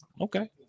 Okay